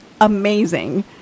amazing